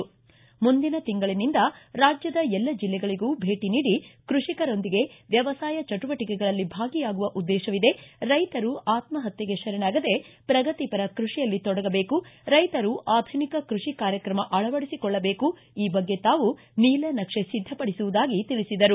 ಮುಂದಿನ ತಿಂಗಳನಿಂದ ರಾಜ್ಯದ ಎಲ್ಲಾ ಜಿಲ್ಲೆಗಳಗೂ ಭೇಟ ನೀಡಿ ಕೃಷಿಕರೊಂದಿಗೆ ವ್ಯವಸಾಯ ಚಟುವಟಿಕೆಗಳಲ್ಲಿ ಭಾಗಿಯಾಗುವ ಉದ್ದೇಶವಿದೆ ರೈತರು ಆತ್ಸಪತ್ಯೆಗೆ ಶರಣಾಗದೇ ಪ್ರಗತಿಪರ ಕೃಷಿಯಲ್ಲಿ ತೊಡಗಬೇಕು ರೈತರು ಆಧುನಿಕ ಕೃಷಿ ಕಾರ್ಯಕ್ರಮ ಅಳವಡಿಸಿಕೊಳ್ಳಬೇಕು ಈ ಬಗ್ಗೆ ತಾವು ನೀಲ ನಕ್ಷೆ ಸಿದ್ದಪಡಿಸಿರುವುದಾಗಿ ತಿಳಿಸಿದರು